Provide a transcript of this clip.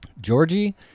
Georgie